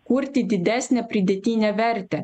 kurti didesnę pridėtinę vertę